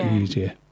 easier